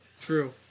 True